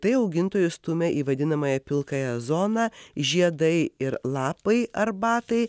tai augintojus stumia į vadinamąją pilkąją zoną žiedai ir lapai arbatai